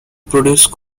produce